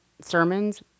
sermons